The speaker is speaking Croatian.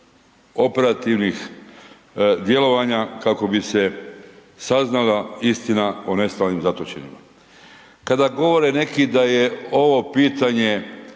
operativnih djelovanja kako bi se saznala istina o nestalim i zatočenima. Kada govore neki da je ovo pitanje